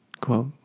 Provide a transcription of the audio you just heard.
quote